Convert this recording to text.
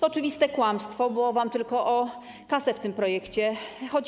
Oczywiste kłamstwo, bo wam tylko o kasę w tym projekcie chodzi.